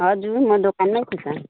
हजुर म दोकानमै छु त